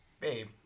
babe